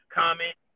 comment